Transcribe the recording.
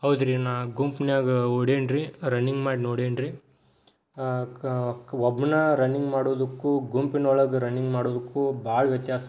ಹೌದು ರೀ ನಾನು ಗುಂಪ್ನಾಗ ಓಡೇನ್ರಿ ರನ್ನಿಂಗ್ ಮಾಡಿ ನೋಡೇನ್ರಿ ಒಬ್ನೇ ರನ್ನಿಂಗ್ ಮಾಡೋದಕ್ಕೂ ಗುಂಪಿನೊಳಗೆ ರನ್ನಿಂಗ್ ಮಾಡೋದಕ್ಕೂ ಭಾಳ ವ್ಯತ್ಯಾಸ